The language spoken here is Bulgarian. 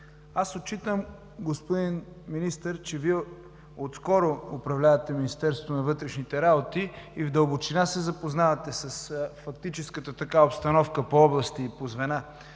отчитам, че Вие отскоро управлявате Министерството на вътрешните работи и в дълбочина се запознавате с фактическата обстановка по области и по звена,